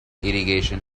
irrigation